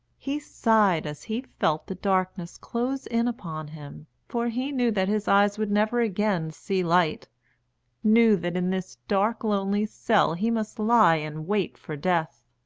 he sighed as he felt the darkness close in upon him, for he knew that his eyes would never again see light knew that in this dark lonely cell he must lie and wait for death.